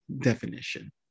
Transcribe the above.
definition